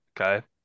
Okay